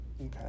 Okay